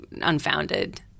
unfounded